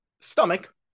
stomach